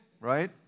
right